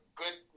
good